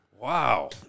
Wow